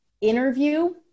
interview